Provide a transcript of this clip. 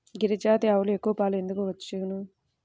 గిరిజాతి ఆవులు ఎక్కువ పాలు ఎందుకు ఇచ్చును?